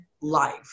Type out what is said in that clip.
life